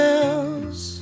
else